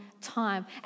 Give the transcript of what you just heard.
time